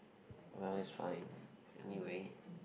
well is fine anyway